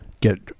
get